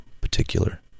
particular